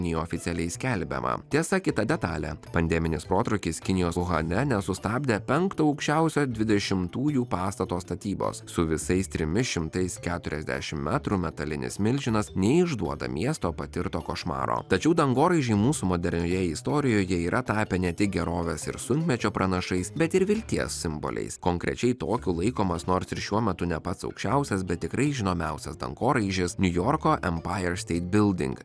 nei oficialiai skelbiama tiesa kita detalė pandeminis protrūkis kinijos uhane nesustabdė penkto aukščiausio dvidešimtųjų pastato statybos su visais trimis šimtais keturiasdešimt metrų metalinis milžinas neišduoda miesto patirto košmaro tačiau dangoraižiai mūsų modernioje istorijoje yra tapę ne tik gerovės ir sunkmečio pranašais bet ir vilties simboliais konkrečiai tokiu laikomas nors šiuo metu ne pats aukščiausias bet tikrai žinomiausias dangoraižis niujorko emair steit bilding